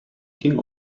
king